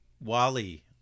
Wally